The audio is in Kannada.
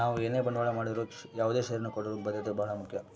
ನಾವು ಏನೇ ಬಂಡವಾಳ ಮಾಡಿದರು ಯಾವುದೇ ಷೇರನ್ನು ಕೊಂಡರೂ ಭದ್ರತೆ ಬಹಳ ಮುಖ್ಯ